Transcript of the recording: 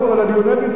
אבל אני עונה במקומו.